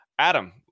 Adam